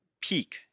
peak